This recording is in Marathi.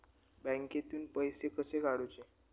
बँकेतून पैसे कसे काढूचे?